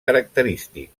característic